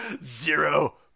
Zero